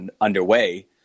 underway